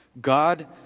God